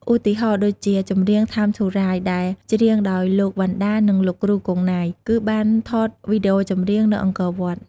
ឧទាហណ៍ដូចជាចម្រៀង "Time to Rise" ដែលច្រៀងដោយលោក វណ្ណដា និងលោកគ្រូ គង់ ណៃ គឺបានថតវីដេអូចម្រៀងនៅអង្គរវត្ត។